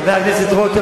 חבר הכנסת רותם,